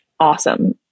awesome